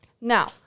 Now